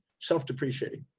self depreciating.